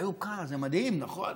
איוב קרא, זה מדהים, נכון?